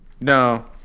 No